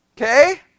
Okay